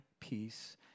peace